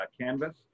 canvas